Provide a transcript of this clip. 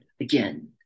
again